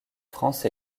france